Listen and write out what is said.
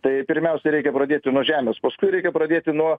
tai pirmiausia reikia pradėti nuo žemės paskui reikia pradėti nuo